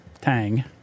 tang